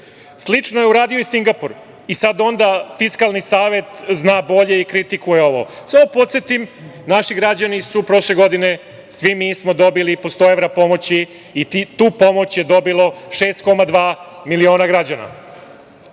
Slično je uradio i Singapur i sada onda Fiskalni savet zna bolje i kritikuje ovo. Samo da podsetim, naši građani su prošle godine, svi mi smo dobili po 100 evra pomoći i tu pomoć je dobilo 6,2 miliona građana.